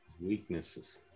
Weaknesses